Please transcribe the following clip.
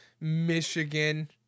Michigan